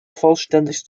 vollständig